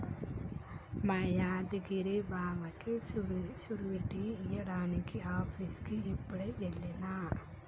మా యాదగిరి బావకి సూరిటీ ఇయ్యడానికి ఆఫీసుకి యిప్పుడే ఎల్లిన